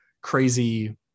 crazy